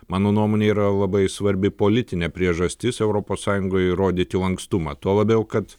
mano nuomone yra labai svarbi politinė priežastis europos sąjungoj įrodyti lankstumą tuo labiau kad